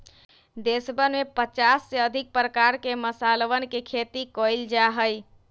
देशवन में पचास से अधिक प्रकार के मसालवन के खेती कइल जा हई